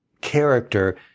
character